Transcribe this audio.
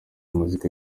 muzika